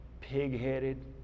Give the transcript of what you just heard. pig-headed